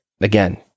again